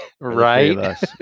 Right